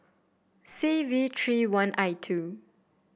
C V three one I two